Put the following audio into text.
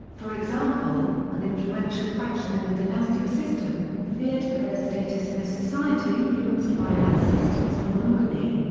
for example, an influential faction in the dynastic system, feared for their status in a society influenced by an insistence on monogamy.